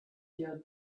your